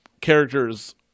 character's